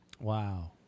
Wow